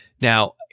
Now